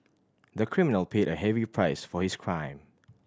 the criminal paid a heavy price for his crime